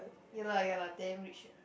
ya lah ya lah damn rich